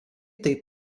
taip